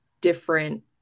different